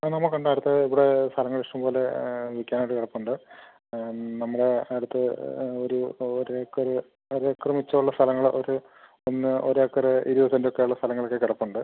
ആ നമുക്ക് ഉണ്ട് അടുത്ത് ഇവിടെ സ്ഥലങ്ങൾ ഇഷ്ടം പോലെ വിൽക്കാനായിട്ട് കിടപ്പുണ്ട് നമ്മുടെ അടുത്ത് ഒരു ഒരേക്കർ ഒരേക്കർ മിച്ചമുള്ള സ്ഥലങ്ങൾ ഒരു ഒന്ന് ഒരേക്കർ ഇരുപത് സെൻറ്റൊക്കെ ഉള്ള സ്ഥലങ്ങളൊക്കെ കിടപ്പുണ്ട്